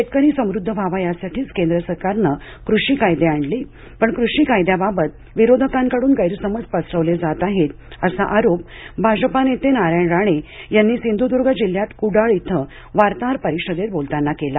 शेतकरी समृद्ध व्हावा यासाठीच केंद्र सरकारनं कृषी कायदे आणले पण कृषी कायद्याबाबत विरोधकांकडून गैरसमज पसरवले जात आहेत असा आरोप भाजपा नेते नारायण राणे यांनी सिंधूर्द्ग जिल्ह्यात कुडाळ इथं वार्ताहर परिषदेत बोलताना केला